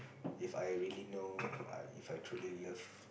If I really know If I truly love